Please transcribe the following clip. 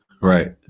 Right